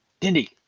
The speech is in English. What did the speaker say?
Dindy